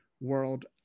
world